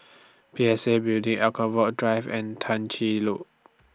P S A Building Anchorvale A Drive and Tah Ching load